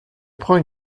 prends